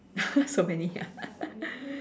so many ya